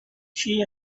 she